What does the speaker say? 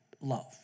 love